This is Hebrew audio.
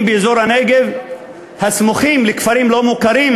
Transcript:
באזורי הנגב הסמוכים לכפרים לא מוכרים,